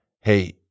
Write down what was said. hey